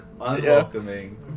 unwelcoming